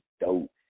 dope